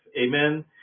amen